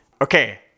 Okay